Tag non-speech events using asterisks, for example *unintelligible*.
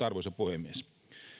*unintelligible* arvoisa puhemies